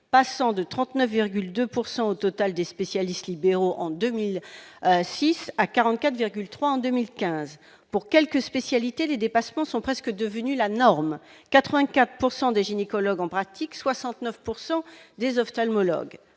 passant de 39,2 pourcent au total des spécialistes libéraux en 2006 à 44,3 en 2015 pour quelques spécialités les dépassements sont presque devenus la norme 84 pourcent des gynécologues en pratique 69 pourcent des ophtalmologues